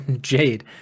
Jade